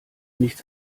nichts